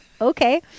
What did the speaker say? Okay